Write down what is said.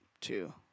two